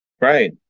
Right